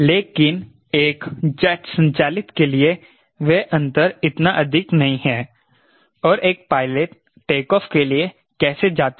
लेकिन एक जेट संचालित के लिए वह अंतर इतना अधिक नहीं है और एक पायलट टेकऑफ़ के लिए कैसे जाता है